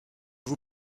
vous